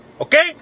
okay